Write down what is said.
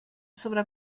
sobre